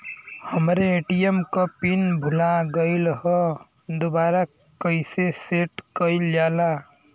हमरे ए.टी.एम क पिन भूला गईलह दुबारा कईसे सेट कइलजाला?